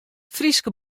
fryske